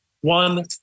one